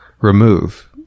remove